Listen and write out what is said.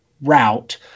route